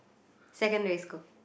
secondary school